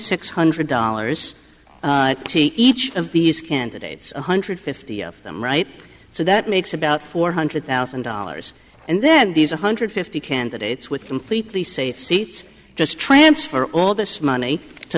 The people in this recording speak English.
six hundred dollars each of these candidates one hundred fifty of them right so that makes about four hundred thousand dollars and then these one hundred fifty candidates with completely safe seats just transfer all this money to